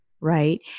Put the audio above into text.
right